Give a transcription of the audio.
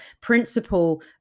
principle